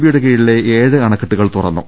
ബിയുടെ കീഴിലെ ഏഴ് അണക്കെട്ടുകൾ തുറ ന്നു